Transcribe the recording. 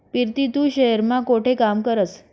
पिरती तू शहेर मा कोठे काम करस?